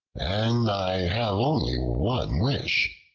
and i have only one wish,